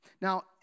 Now